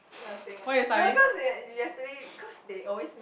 nothing ah no cause they th~ yesterday cause they always make